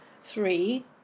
three